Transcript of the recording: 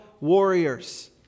warriors